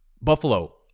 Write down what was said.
Buffalo